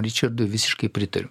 ričardui visiškai pritariu